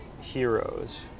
heroes